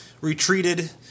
retreated